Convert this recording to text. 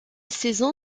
saison